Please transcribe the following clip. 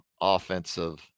offensive